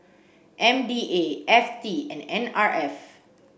M D A F T and N R F